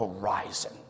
horizon